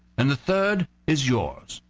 and the third is yours.